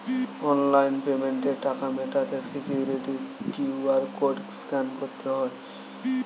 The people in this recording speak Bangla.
অনলাইন পেমেন্টে টাকা মেটাতে সিকিউরিটি কিউ.আর কোড স্ক্যান করতে হয়